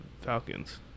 Falcons